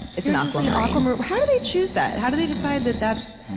it's an ah so and aquamarine. how do they choose that? how do they decide that that's,